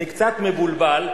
אני קצת מבולבל,